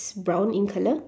brown in colour